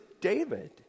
David